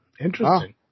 Interesting